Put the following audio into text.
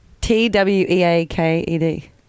T-W-E-A-K-E-D